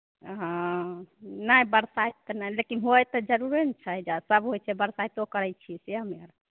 हॅं नहि बरसाइत तऽ नहि लेकिन होइ तऽ जरुरे ने छै एहिजा सब होइ छै बरसाइतो करै छियै से हमे आर